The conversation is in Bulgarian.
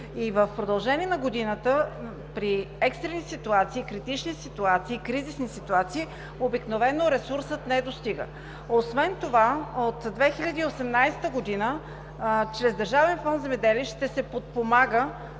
и в продължение на годината, при екстрени, критични, кризисни ситуации обикновено ресурсът не достига. Освен това от 2018 г. чрез Държавен фонд „Земеделие“ ще се подпомагат,